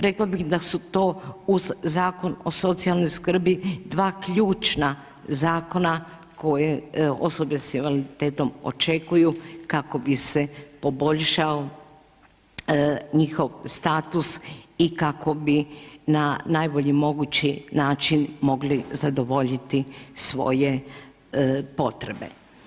Rekla bih da su to uz Zakon o socijalnoj skrbi dva ključna zakona koja osobe sa invaliditetom očekuju kako bi se poboljšao njihov status i kako bi na najbolji mogući način mogli zadovoljiti svoje potrebe.